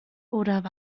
oder